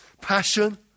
Passion